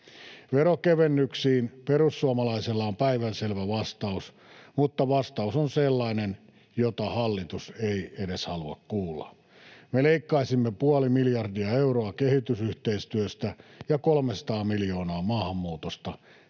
Veronkevennyksiin perussuomalaisilla on päivänselvä vastaus, mutta vastaus on sellainen, jota hallitus ei edes halua kuulla. Me leikkaisimme puoli miljardia euroa kehitysyhteistyöstä ja 300 miljoonaa maahanmuutosta,